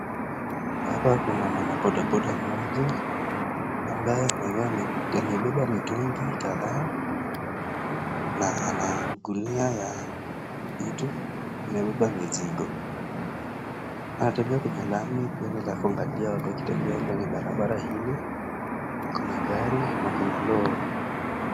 Hapa kuna mwana bodaboda mmoja ambaye amebeba mitungi kadhaa na ana gunia ya zito amebeba mizigo. Anatembea kwenye lami akianza kuangalia watu wakitembea kwenye barabara hili kuna gari na kuna lori.